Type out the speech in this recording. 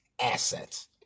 Assets